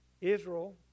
Israel